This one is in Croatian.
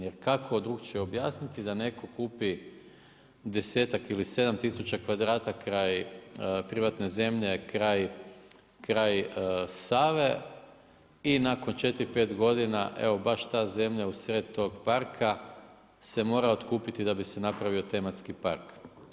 Jer kako drugačije objasniti da netko kupi 10-tak ili 7000 kvadrata kraj privatne zemlje, kraj Save i nakon 4, 5 godina evo baš ta zemlja u sred tog parka se mora otkupiti da bi se napravio tematski park.